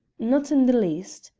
not in the least.